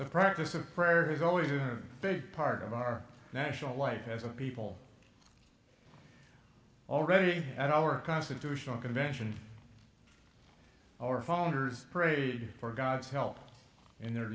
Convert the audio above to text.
the practice of prayer is always a big part of our national life as a people already at our constitutional convention our founders prayed for god's help in their